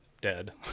dead